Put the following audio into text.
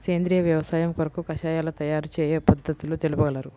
సేంద్రియ వ్యవసాయము కొరకు కషాయాల తయారు చేయు పద్ధతులు తెలుపగలరు?